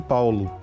Paulo